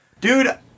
Dude